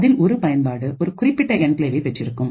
அதில் ஒரு பயன்பாடு ஒரு குறிப்பிட்ட என்கிளேவை பெற்றிருக்கும்